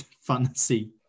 fantasy